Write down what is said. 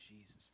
Jesus